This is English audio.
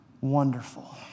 wonderful